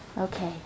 Okay